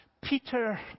Peter